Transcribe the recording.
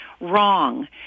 wrong